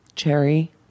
Cherry